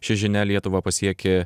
ši žinia lietuvą pasiekė